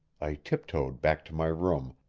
i tiptoed back to my room,